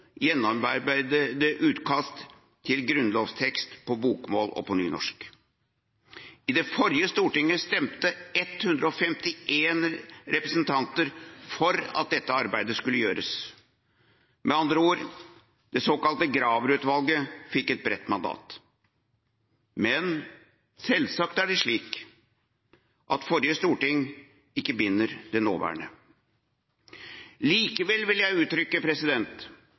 gjennomarbeidede utkast til grunnlovstekst på bokmål og nynorsk. I det forrige storting stemte 151 representanter for at dette arbeidet skulle gjøres. Med andre ord: Det såkalte Graver-utvalget fikk et bredt mandat. Men selvsagt er det slik at forrige storting ikke binder det nåværende. Likevel vil jeg uttrykke